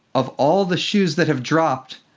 of all the shoes that have dropped,